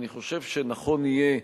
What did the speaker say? אני חושב שנכון יהיה,